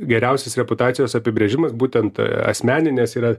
geriausios reputacijos apibrėžimas būtent asmeninės yra